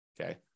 okay